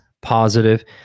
positive